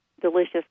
delicious